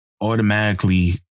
automatically